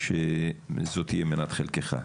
שזו תהיה מנת חלקך.